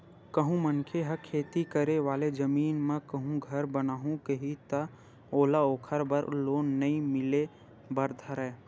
कहूँ मनखे ह खेती करे वाले जमीन म कहूँ घर बनाहूँ कइही ता ओला ओखर बर लोन नइ मिले बर धरय